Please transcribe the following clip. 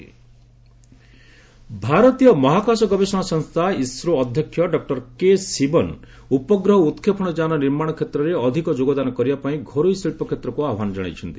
କର୍ଣ୍ଣାଟକ ଇସ୍ରୋ ଭାରତୀୟ ମହାକାଶ ଗବେଷଣା ସଂସ୍ଥା ଇସ୍ରୋ ଅଧ୍ୟକ୍ଷ ଡକ୍ଟର କେ ଶିବନ୍ ଉପଗ୍ରହ ଓ ଉତ୍କ୍ଷେପଣ ଯାନ ନିର୍ମାଣ କ୍ଷେତ୍ରରେ ଅଧିକ ଯୋଗଦାନ କରିବା ପାଇଁ ଘରୋଇ ଶିଳ୍ପ କ୍ଷେତ୍ରକୁ ଆହ୍ୱାନ ଜଣାଇଛନ୍ତି